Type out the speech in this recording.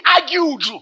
argued